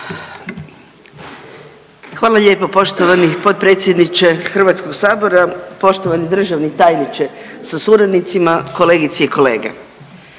(MOST)** Poštovani potpredsjedniče Hrvatskog sabora gospodine Reiner, poštovani državni tajniče sa suradnicima, kolegice i kolege